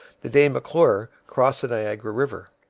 the day mcclure crossed the niagara river.